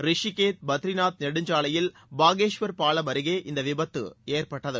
ரிஷிகேஷ் பத்ரிநாத் நெடுஞ்சாலையில் பாகேஸ்வர் பாலம் அருகே இந்த விபத்து ஏற்பட்டது